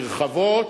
נרחבות,